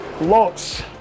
lots